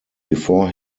before